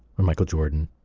or michael jordan,